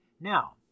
Now